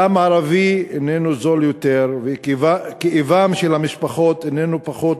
דם ערבי איננו זול יותר וכאבן של המשפחות איננו פחות